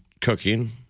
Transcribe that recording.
cooking